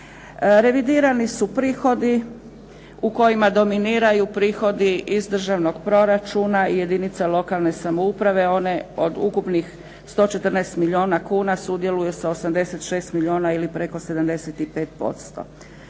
Revidirani su prihodi u kojima dominiraju prihodi iz državnog proračuna i jedinica lokalne samouprave. One od ukupnih 114 milijuna kuna sudjeluju sa 86 milijuna ili preko 75%.